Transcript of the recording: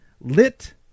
lit